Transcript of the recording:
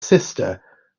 sister